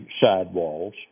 sidewalls